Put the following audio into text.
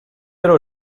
ero